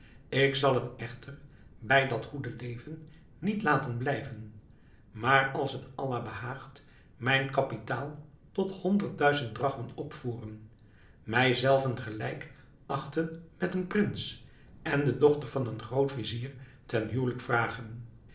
ik zal het echter bij dat goede leven niet laten blijven maar als het allah behaagt mijn kapitaal tot honderd duizend drachmen op voeren mij zelven gelijk achten met een prins en de dochter van den groot-vizier ten huwelijk vragen